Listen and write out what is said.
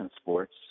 sports